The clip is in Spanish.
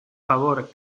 favor